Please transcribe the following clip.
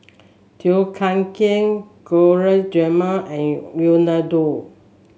Tom Kha Gai Gulab Jamun and Unadon